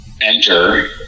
enter